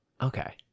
Okay